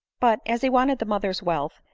but, as he wanted the mother's wealth,